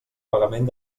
pagament